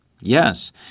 Yes